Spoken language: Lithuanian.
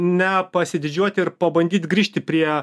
nepasididžiuoti ir pabandyt grįžti prie